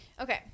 okay